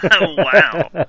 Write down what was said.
Wow